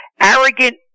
arrogant